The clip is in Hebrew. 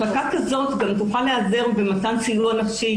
מחלקה כזאת גם תוכל להיעזר במתן סיוע נפשי,